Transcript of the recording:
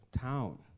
town